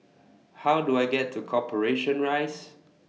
How Do I get to Corporation Rise